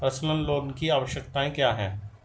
Personal loan की आवश्यकताएं क्या हैं?